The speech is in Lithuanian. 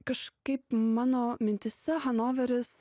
kažkaip mano mintyse hanoveris